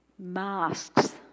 masks